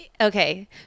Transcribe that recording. Okay